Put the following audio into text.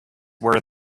where